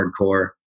hardcore